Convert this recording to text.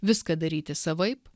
viską daryti savaip